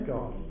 God